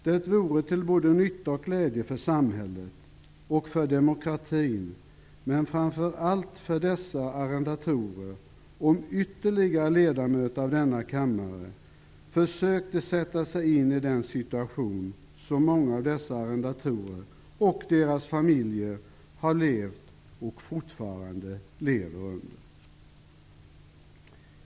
Det vore till både nytta och glädje för samhället och för demokratin, men framför allt för dessa arrendatorer, om ytterligare ledamöter av denna kammare försökte sätta sig in i den situation som många av arrendatorerna och deras familjer har levt och fortfarande lever i.